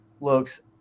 looks